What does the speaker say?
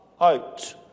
out